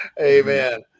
Amen